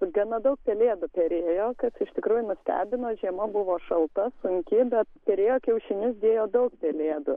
gana daug pelėdų perėjo kas iš tikrųjų nustebino žiema buvo šalta sunki bet perėjo kiaušinius dėjo daug pelėdų